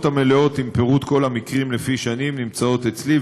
המלאות עם פירוט כל המקרים לפי שנים נמצאות אצלי,